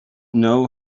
know